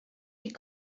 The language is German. die